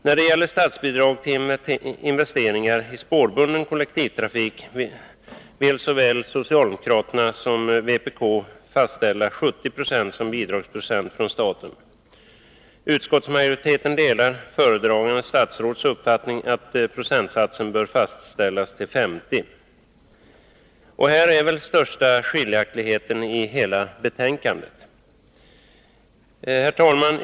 När det gäller statsbidrag till investeringar i spårbunden kollektivtrafik vill såväl socialdemokraterna som vpk fastställa 70 26 som bidragsprocent från staten. Utskottsmajoriteten delar föredragande statsråds uppfattning att procentsatsen bör fastställas till 50. Här är väl den största skiljaktigheten i hela betänkandet. Herr talman!